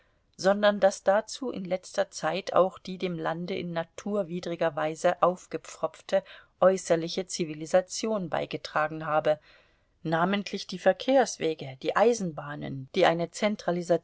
sondern daß dazu in letzter zeit auch die dem lande in naturwidriger weise aufgepfropfte äußerliche zivilisation beigetragen habe namentlich die verkehrswege die eisenbahnen die eine